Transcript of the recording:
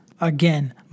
Again